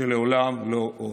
שלעולם לא עוד.